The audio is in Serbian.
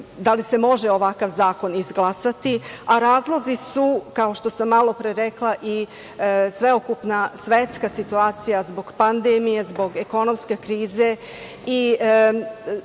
da li se može ovakav zakon izglasati, a razlozi su, kao što sam malopre rekla, i sveukupna svetska situacija zbog pandemije, zbog ekonomske krize